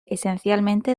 esencialmente